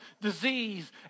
disease